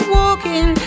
walking